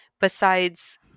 Besides-